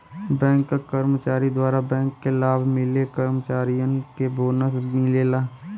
bank क कर्मचारी द्वारा बैंक के लाभ मिले कर्मचारियन के बोनस मिलला